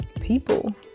people